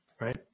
right